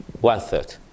One-third